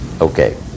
Okay